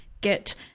get